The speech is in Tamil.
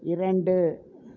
இரண்டு